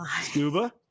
Scuba